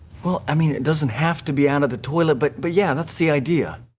well, i mean it doesn't have to be out of the toilet, but but yeah, that's the idea.